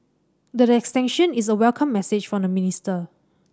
the extension is a welcome message from the minister